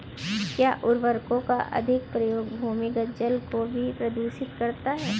क्या उर्वरकों का अत्यधिक प्रयोग भूमिगत जल को भी प्रदूषित करता है?